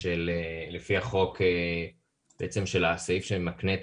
של לפי החוק בעצם של הסעיף שמקנה את